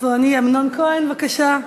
אמנון כהן, בבקשה,